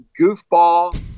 goofball